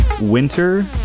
winter